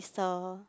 a